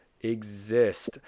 exist